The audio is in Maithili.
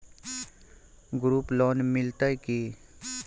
ग्रुप लोन मिलतै की?